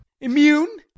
Immune